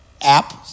app